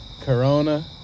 Corona